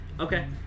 Okay